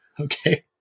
Okay